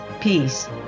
peace